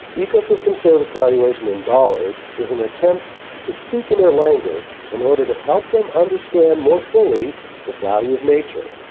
ecosystem service valuation in dollars is an attempt to speak in their language in order to help them understand more fully the value of nature.